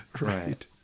Right